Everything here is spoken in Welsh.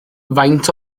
faint